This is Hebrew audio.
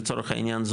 לצורך העניין,